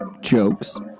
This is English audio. jokes